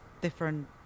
different